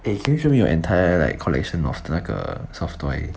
eh can you show me your entire like collection of the 那个 soft toy